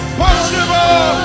possible